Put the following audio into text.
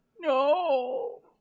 no